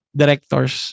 directors